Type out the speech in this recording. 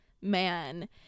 man